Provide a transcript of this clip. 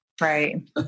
right